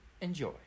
enjoy